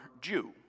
Jew